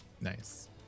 nice